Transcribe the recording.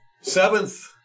seventh